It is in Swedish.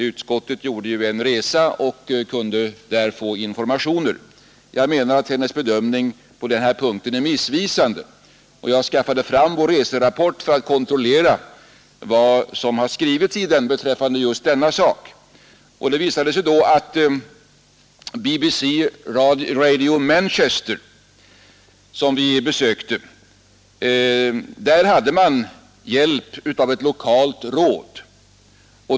Utskottet hade gjort en resa och kunnat skaffa sig information om den saken. Jag anser att hennes bedömning på den här punkten är missvisande. Jag har gått igenom vår reserapport för att kontrollera vad som har skrivits i den just beträffande denna fråga. Det visade sig då att vid BBC Radio-Manchester, som vi besökte, hade man hjälp av ett lokalt råd.